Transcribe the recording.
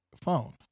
phone